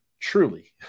Truly